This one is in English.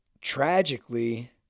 tragically